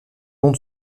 long